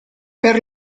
per